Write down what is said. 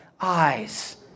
eyes